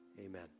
amen